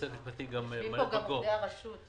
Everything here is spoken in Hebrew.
וכל עובדי הרשות.